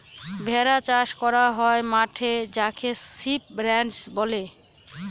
ভেড়া চাষ করা হয় মাঠে যাকে সিপ রাঞ্চ বলে